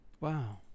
Wow